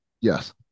Yes